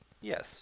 Yes